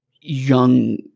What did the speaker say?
young